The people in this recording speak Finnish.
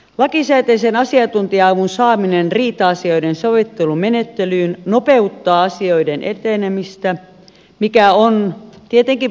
lakisääteisen asiantuntija avun saaminen riita asioiden sovittelumenettelyyn nopeuttaa asioiden etenemistä mikä on tietenkin positiivinen asia